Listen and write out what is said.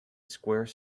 square